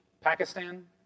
Pakistan